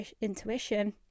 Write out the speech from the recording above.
intuition